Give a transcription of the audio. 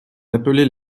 appelait